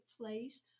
place